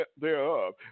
thereof